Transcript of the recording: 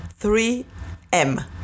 3M